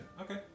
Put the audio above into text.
Okay